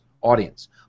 audience